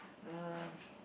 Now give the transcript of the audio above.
love